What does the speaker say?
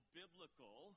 biblical